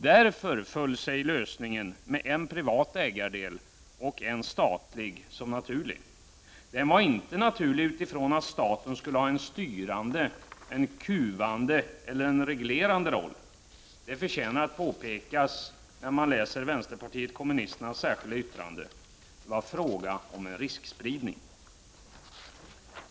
Därför föll sig lösningen med en privat ägarandel och en statlig som naturlig. Den var inte naturlig utifrån att staten skulle ha en styrande, en kuvande eller en reglerande roll. Det förtjänar att påpekas, när man läser vänsterpartiet kommunisternas särskilda yttrande. Det var fråga om en riskspridning.